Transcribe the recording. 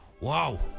Wow